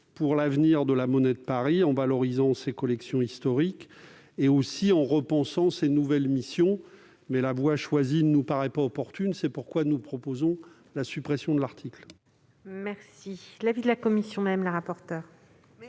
pour l'avenir de la Monnaie de Paris, en valorisant ses collections historiques et en trouvant de nouvelles missions. La voie choisie ne nous paraît pas opportune : c'est pourquoi nous proposons la suppression de l'article.